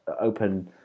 open